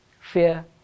fear